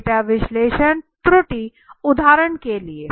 data विश्लेषण त्रुटि उदाहरण के लिए